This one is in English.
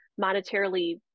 monetarily